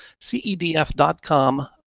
cedf.com